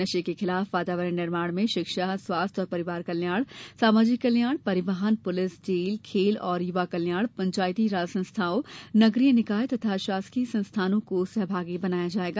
नशे के खिलाफ वातावरण निर्माण में शिक्षा स्वास्थ्य और परिवार कल्याण सामाजिक कल्याण परिवहन पुलिस जेल खेल और यूवा कल्याण पंचायती राज संस्थाओं नगरीय निकाय तथा अशासकीय संस्थानों को सहभागी बनाया जाएगा